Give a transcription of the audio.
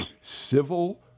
civil